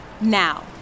Now